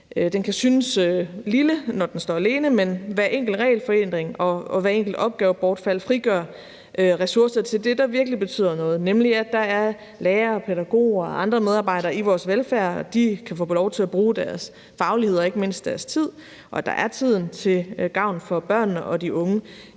Den kan synes lille, når den står alene, men hver enkelt regelforenkling og hvert enkelt opgavebortfald frigør ressourcer til det, der virkelig betyder noget, nemlig at der er lærere og pædagoger og andre medarbejdere inden for velfærdsområdet, der kan få lov til at bruge deres faglighed og ikke mindst deres tid, og at der er tiden, til gavn for børnene og de unge